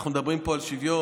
אנחנו מדברים פה על שוויון,